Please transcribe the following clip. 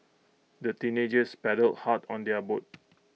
the teenagers paddled hard on their boat